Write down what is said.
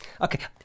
okay